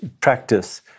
practice